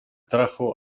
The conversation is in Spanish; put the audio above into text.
trajo